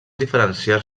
diferenciar